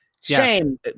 Shame